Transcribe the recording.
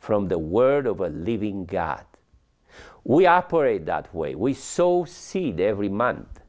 from the word of a living god we operate that way we sow seed every month